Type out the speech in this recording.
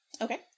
Okay